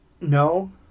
no